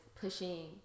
pushing